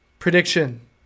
Prediction